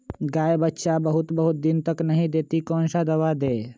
गाय बच्चा बहुत बहुत दिन तक नहीं देती कौन सा दवा दे?